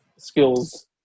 skills